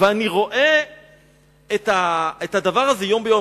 אני רואה את הדבר הזה יום-יום,